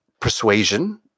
persuasion